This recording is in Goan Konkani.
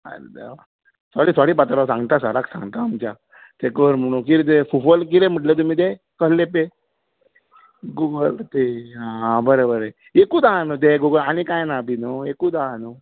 आरे देवा सॉरी सॉरी पात्रांव सांगता सराक सांगता सराक आमच्या ते कर म्हणून कितें तें फुफल कितें म्हणलें तुमी तें कहलें पे गुगल पे आ बरें बरें एकूच आहा न्ही तें आनी काय ना बी न्हू एकूच आहा न्हू